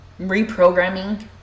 reprogramming